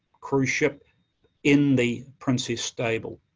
cruise ship in the princess stable.